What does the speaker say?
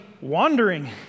wandering